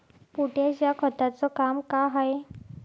Potash या खताचं काम का हाय?